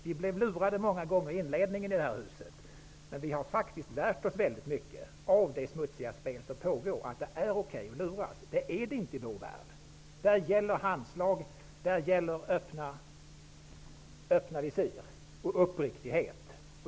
Vi blev många gånger lurade i inledningen i det här huset, men vi har faktiskt lärt oss väldigt mycket av det smutsiga spel som pågår, att det är okej att luras. Men det är det inte i vår värld. Där gäller handslag, öppna visir och uppriktighet.